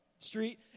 street